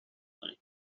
کنید